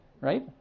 Right